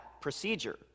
procedure